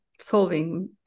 solving